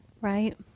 Right